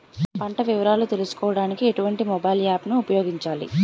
పంట వివరాలు తెలుసుకోడానికి ఎటువంటి మొబైల్ యాప్ ను ఉపయోగించాలి?